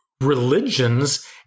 Religions